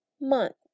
month